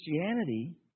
Christianity